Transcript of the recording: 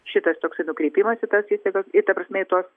šitas toksai nukreipimas į tas įstaigas į ta prasme į tuos